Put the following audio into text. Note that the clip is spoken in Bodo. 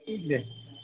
दे